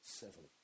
seven